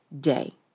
day